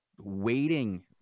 waiting